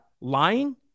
lying